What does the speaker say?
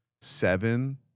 seven